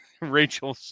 Rachel